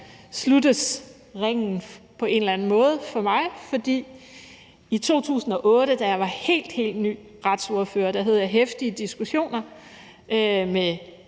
sluttes ringen på en eller anden måde for mig. For i 2008, da jeg var helt ny retsordfører, havde jeg heftige diskussioner med